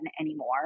anymore